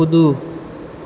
कूदू